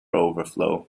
overflow